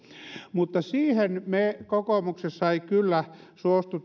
mutta siihen me kokoomuksessa emme kyllä suostu